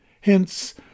Hence